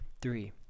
Three